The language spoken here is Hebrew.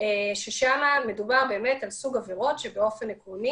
ששם מדובר על סוג עבירות שבאופן עקרוני